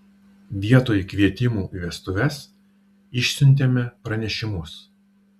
vietoj kvietimų į vestuves išsiuntėme pranešimus